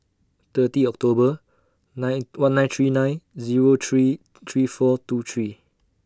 thirty October nine one nine three nine Zero three three four two three